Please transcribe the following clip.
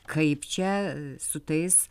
kaip čia su tais